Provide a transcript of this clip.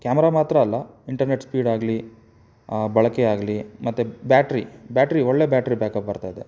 camera ಮಾತ್ರ ಅಲ್ಲ internet ಸ್ಪೀಡಾಗಲೀ ಬಳಕೆ ಆಗಲೀ ಮತ್ತು ಬ್ಯಾಟ್ರಿ ಬ್ಯಾಟ್ರಿ ಒಳ್ಳೆಯ ಬ್ಯಾಟ್ರಿ ಬ್ಯಾಕಪ್ ಬರ್ತಾಯಿದೆ